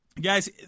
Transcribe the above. guys